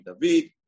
David